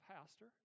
pastor